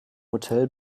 hotel